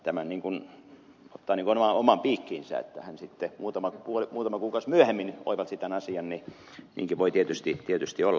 kankaanniemi haluaa tämän ottaa omaan piikkiinsä että hän sitten muutama kuukausi myöhemmin oivalsi tämän asian niin niinkin voi tietysti olla